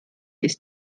ist